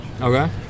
Okay